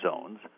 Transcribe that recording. zones